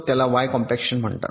याला Y compaction म्हणतात